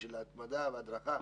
של התמדה והדרכה,